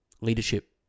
leadership